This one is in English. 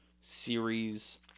series